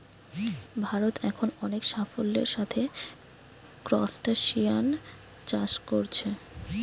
ভারত এখন অনেক সাফল্যের সাথে ক্রস্টাসিআন চাষ কোরছে